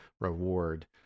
reward